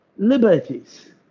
liberties